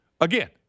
Again